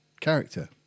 character